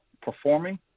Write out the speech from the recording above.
performing